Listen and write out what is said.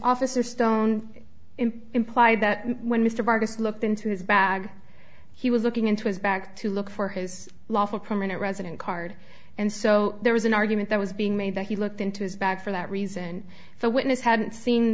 officer stone implied that when mr vargas looked into his bag he was looking into his back to look for his lawful permanent resident card and so there was an argument that was being made that he looked into his bag for that reason the witness had seen